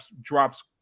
drops